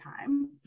time